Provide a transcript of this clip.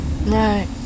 Right